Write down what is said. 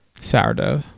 sourdough